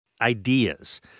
ideas